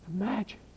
Imagine